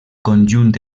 conjunt